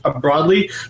broadly